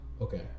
Okay